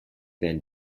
than